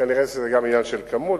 כנראה זה גם עניין של כמות.